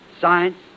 science